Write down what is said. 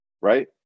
right